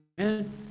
Amen